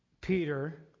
Peter